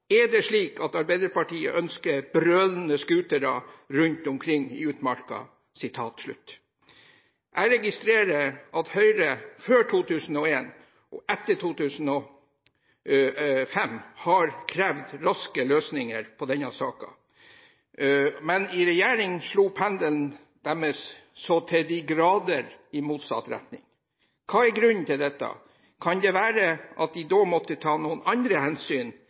det slik at Arbeiderpartiet ønsker brølende scootere rundt omkring i utmarka vår?» Jeg registrerer at Høyre både før 2001 og etter 2005 har krevd raske løsninger på denne saken, men i regjering slo pendelen deres så til de grader i motsatt retning. Hva er grunnen til dette? Kan det være at de da måtte ta noen andre hensyn